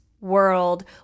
World